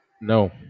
No